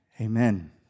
amen